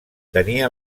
tenia